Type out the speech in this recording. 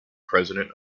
president